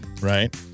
Right